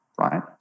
right